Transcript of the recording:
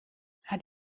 hat